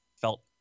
felt